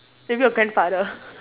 maybe your grandfather